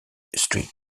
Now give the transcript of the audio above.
street